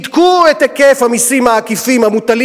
בדקו את היקף המסים העקיפים המוטלים